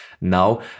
Now